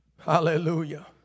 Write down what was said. Hallelujah